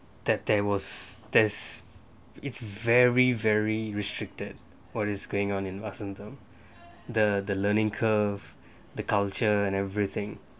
that there was there's it's very very restricted what is going on in vasantham the learning curve the culture and everything